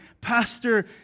Pastor